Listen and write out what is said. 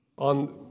On